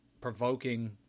provoking